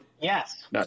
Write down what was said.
Yes